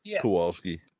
Kowalski